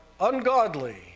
ungodly